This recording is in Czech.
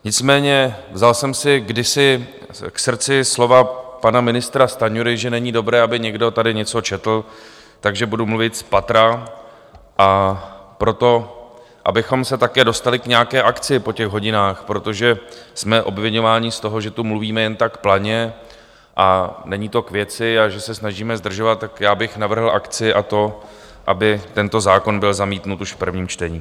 Nicméně vzal jsem si kdysi k srdci slova pana ministra Stanjury, že není dobré, aby někdo tady něco četl, takže budu mluvit spatra, a proto, abychom se také dostali k nějaké akci po těch hodinách, protože jsme obviňováni z toho, že tu mluvíme jen tak planě a není to k věci a že se snažíme zdržovat, tak já bych navrhl akci, a to aby tento zákon byl zamítnut už v prvním čtení.